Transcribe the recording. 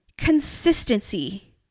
consistency